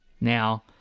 Now-